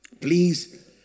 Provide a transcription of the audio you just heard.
Please